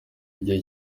igihe